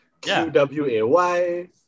Q-W-A-Y